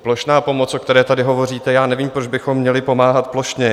Plošná pomoc, o které tady hovoříte: já nevím, proč bychom měli pomáhat plošně.